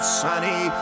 sunny